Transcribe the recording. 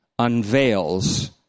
unveils